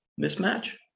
mismatch